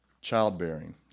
childbearing